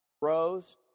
rose